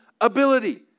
ability